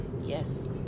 Yes